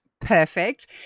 Perfect